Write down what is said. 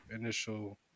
initial